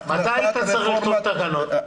מתי היית צריך להביא לוועדה תקנות?